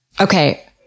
Okay